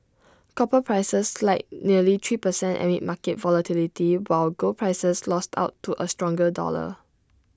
copper prices slid nearly three per cent amid market volatility while gold prices lost out to A stronger dollar